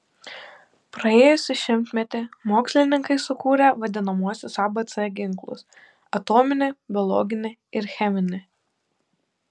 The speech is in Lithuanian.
praėjusį šimtmetį mokslininkai sukūrė vadinamuosius abc ginklus atominį biologinį ir cheminį